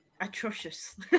Atrocious